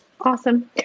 Awesome